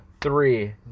three